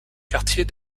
quartier